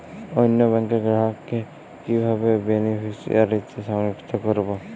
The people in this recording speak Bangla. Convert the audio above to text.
অন্য ব্যাংক র গ্রাহক কে কিভাবে বেনিফিসিয়ারি তে সংযুক্ত করবো?